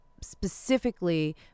specifically